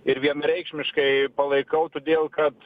ir vienareikšmiškai palaikau todėl kad